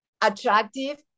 attractive